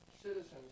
citizens